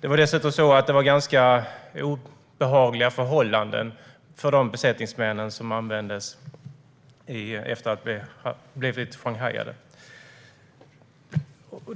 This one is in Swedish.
Det var dessutom ganska obehagliga förhållanden för de besättningsmän som blivit sjanghajade.